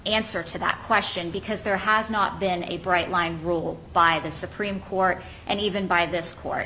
answer to that question because there has not been a bright line rule by the supreme court and even by this court